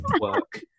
work